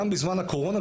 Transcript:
גם בזמן הקורונה,